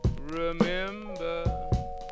remember